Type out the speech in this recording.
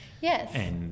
Yes